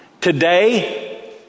Today